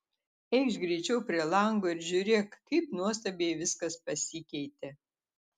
eikš greičiau prie lango ir žiūrėk kaip nuostabiai viskas pasikeitė